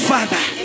Father